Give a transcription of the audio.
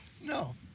No